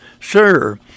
Sir